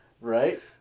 Right